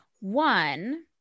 One